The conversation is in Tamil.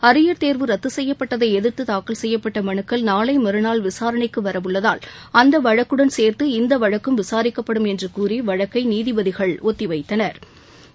அரியர் தேர்வு ரத்து செய்யப்பட்டதை எதிர்த்து தூக்கல் செய்யப்பட்ட மனுக்கள் நாளை மறநாள் விசாரணைக்கு வரவுள்ளதால் அந்த வழக்குடன் சேர்த்து இந்த வழக்கும் விசாரிக்கப்படும் என்று கூறி வழக்கை நீதிபதிகள் ஒத்திவைத்தனா்